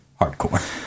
Hardcore